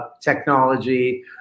technology